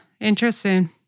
interesting